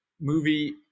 movie